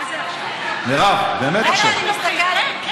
מרב, באמת עכשיו.